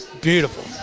beautiful